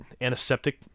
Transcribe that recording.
antiseptic